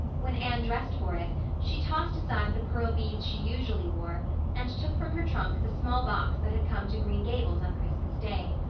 when anne dressed for it she tossed aside the pearl beads she usually wore and took from her trunk the small box that had come to green gables on christmas day.